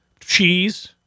cheese